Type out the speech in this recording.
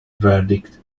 verdict